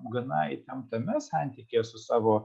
gana įtemptame santykyje su savo